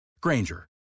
Granger